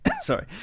sorry